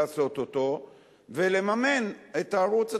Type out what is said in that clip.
לעשות אותו ולממן את הערוץ הציבורי.